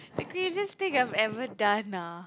the craziest thing I've ever done ah